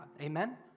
Amen